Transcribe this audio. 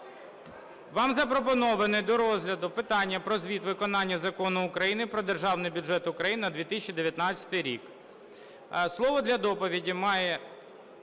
Вам запропоноване до розгляду питання про звіт про виконання Закону України "Про Державний бюджет України на 2019 рік". Слово для доповіді має...